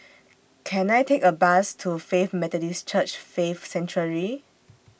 Can I Take A Bus to Faith Methodist Church Faith Sanctuary